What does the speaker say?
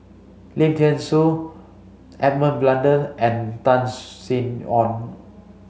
Lim Thean Soo Edmund Blundell and Tan Sin Aun